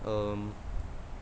um